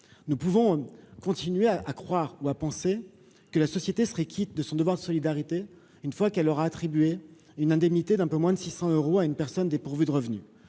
nous pouvons continuer à croire ou à penser que la société serait quitte de son devoir de solidarité, une fois qu'elle aura attribuer une indemnité d'un peu moins de six cents euros à une personne dépourvue de revenus,